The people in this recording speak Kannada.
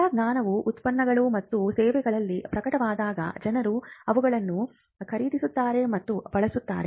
ಹೊಸ ಜ್ಞಾನವು ಉತ್ಪನ್ನಗಳು ಮತ್ತು ಸೇವೆಗಳಲ್ಲಿ ಪ್ರಕಟವಾದಾಗ ಜನರು ಅವುಗಳನ್ನು ಖರೀದಿಸುತ್ತಾರೆ ಮತ್ತು ಬಳಸುತ್ತಾರೆ